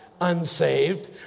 unsaved